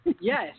Yes